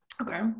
Okay